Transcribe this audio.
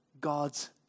God's